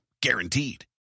Guaranteed